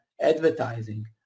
advertising